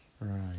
Right